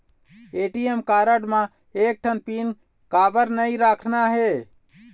ATM card म एक ठन पिन काबर नई रखना हे?